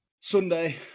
Sunday